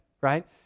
right